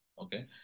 Okay